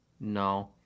No